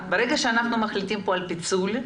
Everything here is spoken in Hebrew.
ברגע שאנחנו מחליטים כאן על פיצול,